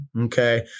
Okay